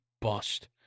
bust